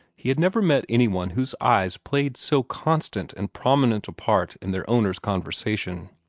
he had never met any one whose eyes played so constant and prominent a part in their owner's conversation.